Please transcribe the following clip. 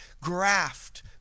graft